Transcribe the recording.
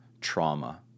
trauma